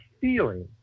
feeling